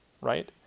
right